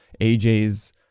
AJ's